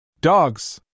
Dogs